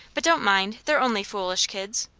but don't mind. they're only foolish kids!